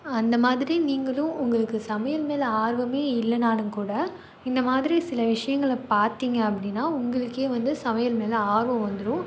அந்த மாதிரி நீங்களும் உங்களுக்கு சமையல் மேலே ஆர்வமே இல்லைனாலும் கூட இந்த மாதிரி சில விஷயங்கள பார்த்தீங்க அப்படின்னா உங்களுக்கே வந்து சமையல் மேலே ஆர்வம் வந்துடும்